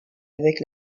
avec